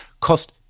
cost